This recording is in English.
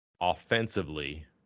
Offensively